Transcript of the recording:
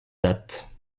date